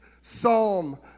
psalm